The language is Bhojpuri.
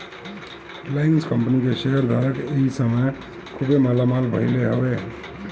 रिलाएंस कंपनी के शेयर धारक ए समय खुबे मालामाल भईले हवे